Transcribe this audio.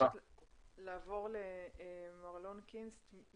נעבור למר אלון קינסט,